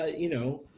ah you know,